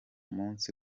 munsi